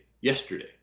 yesterday